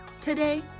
Today